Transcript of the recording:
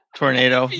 tornado